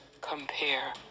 compare